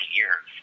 years